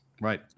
Right